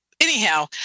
Anyhow